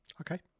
okay